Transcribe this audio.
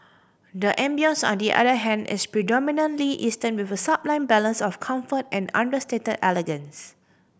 the ambience on the other hand is predominantly Eastern with a sublime balance of comfort and understated elegance